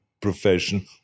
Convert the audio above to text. profession